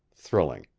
thrilling.